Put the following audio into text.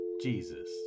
Jesus